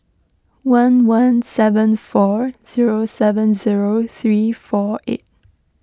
one one seven four zero seven zero three four eight